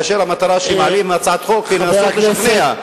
והמטרה כשמעלים הצעת חוק היא לנסות לשכנע.